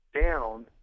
down